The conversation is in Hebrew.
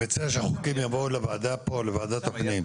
אני מציע שהחוקים יבואו לוועדה פה, לוועדת הפנים.